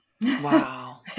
Wow